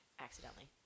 accidentally